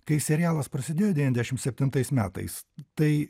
kai serialas prasidėjo devyniasdešimt septintais metais tai